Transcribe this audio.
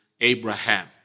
Abraham